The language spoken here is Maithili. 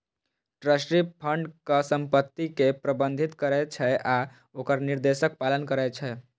ट्रस्टी फंडक संपत्ति कें प्रबंधित करै छै आ ओकर निर्देशक पालन करै छै